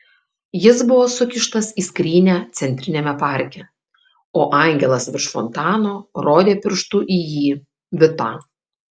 jis buvo sukištas į skrynią centriniame parke o angelas virš fontano rodė pirštu į jį vitą